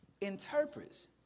interprets